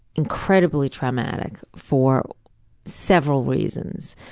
incredibly traumatic for several reasons,